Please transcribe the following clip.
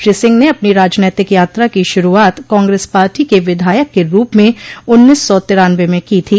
श्री सिंह ने अपने राजनैतिक यात्रा की शुरूआत कांग्रेस पार्टी के विधायक के रूप में उन्नीस सौ तिरानवे में की थी